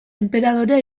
enperadorea